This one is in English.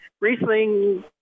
Riesling